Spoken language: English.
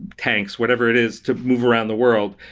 tanks, whatever it is, to move around the world.